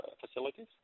facilities